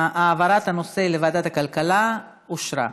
העברת הנושא לוועדת הכלכלה אושרה.